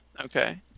Okay